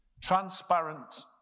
transparent